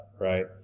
right